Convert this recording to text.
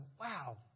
wow